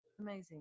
amazing